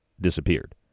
disappeared